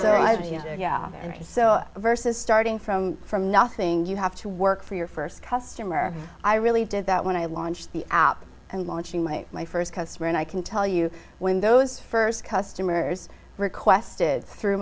did yeah and so versus starting from from nothing you have to work for your st customer i really did that when i launched the album and launching my my st customer and i can tell you when those st customers requested through